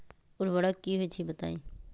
उर्वरक की होई छई बताई?